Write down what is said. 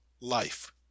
life